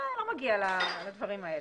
זה לא מגיע לדברים האלה.